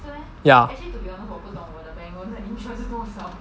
ya